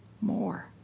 more